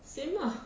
same uh